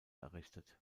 errichtet